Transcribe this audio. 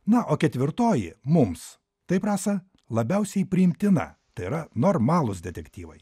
na o ketvirtoji mums taip rasa labiausiai priimtina tai yra normalūs detektyvai